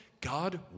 god